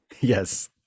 yes